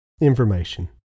information